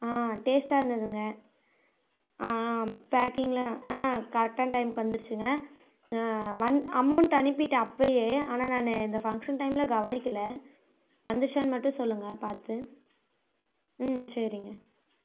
டேஸ்ட்டாக இருந்ததுங்க ஆ ஆ பேக்கிங்லாம் ஆ கரெக்டான டைமுக்கு வந்திருச்சிங்க வன் அமௌண்ட் அனுப்பிவிட்டேன் அப்போயே ஆனால் நான் இந்த ஃபங்சன் டைமில் கவனிக்கலை வந்துருச்சானு மட்டும் சொல்லுங்கள் பார்த்து ம் சரிங்க